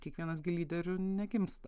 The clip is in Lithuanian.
kiekvienas gi lyderio negimsta